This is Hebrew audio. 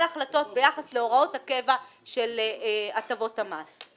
החלטות ביחס להוראות הקבע של הטבות המס.